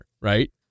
Right